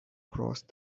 crossed